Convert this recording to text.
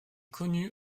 connu